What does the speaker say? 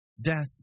Death